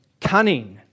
cunning